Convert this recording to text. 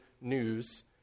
news